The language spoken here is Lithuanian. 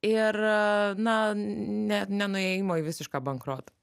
ir na ne nenuėjimo į visišką bankrotą